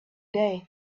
day